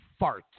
farts